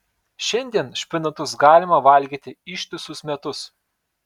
šiandien špinatus galima valgyti ištisus metus